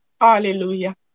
Hallelujah